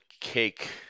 cake